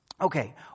Okay